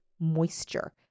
moisture